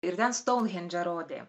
ir ten stounhendžą rodė